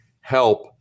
help